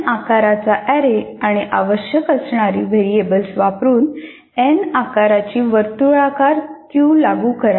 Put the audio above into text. • N आकार चा array आणि आवश्यक असणारी व्हेरिएबल्स वापरुन एन आकार ची वर्तुळाकार क्यू लागू करा